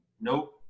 Nope